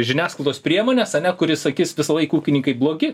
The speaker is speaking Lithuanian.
žiniasklaidos priemonės ane kuri sakys visąlaik ūkininkai blogi